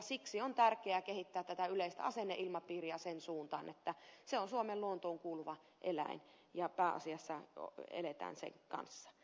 siksi on tärkeää kehittää tätä yleistä asenneilmapiiriä sen suuntaan että se on suomen luontoon kuuluva eläin ja pääasiassa eletään sen kanssa